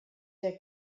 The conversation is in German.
der